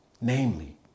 namely